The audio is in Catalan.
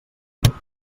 bastó